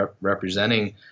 representing